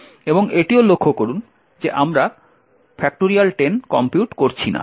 এবং এটিও লক্ষ্য করুন যে আমরা 10 কম্পিউট করছি না